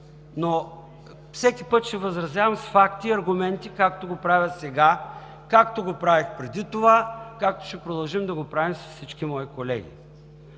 но всеки път ще възразявам с факти и аргументи, както го правя сега, както го правих преди това, както ще продължим да го правим с всички мои колеги.